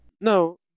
No